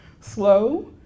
slow